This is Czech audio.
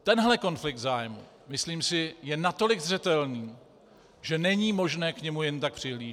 Tenhle konflikt zájmů, myslím si, je natolik zřetelný, že není možné k němu jen tak přihlížet.